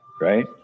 Right